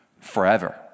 forever